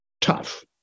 tough